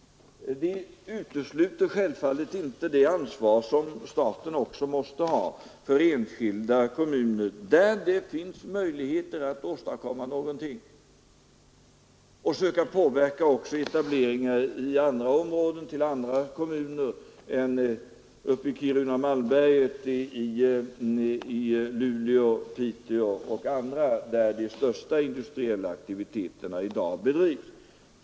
Det utesluter självfallet inte det ansvar som staten även måste ha för enskilda kommuner, där det finns möjligheter att åstadkomma någonting, och för att söka påverka också etableringar i andra områden, till andra kommuner, än Kiruna—Malmberget, Luleå, Piteå och andra, där de största industriella aktiviteterna i dag bedrivs.